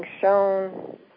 shown